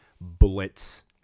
blitz